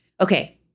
Okay